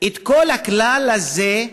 כל הכלל הזה,